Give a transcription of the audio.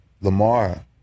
Lamar